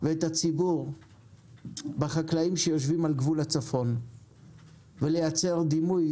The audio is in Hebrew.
ואת הציבור בחקלאים שיושבים על גבול הצפון ולייצר דימוי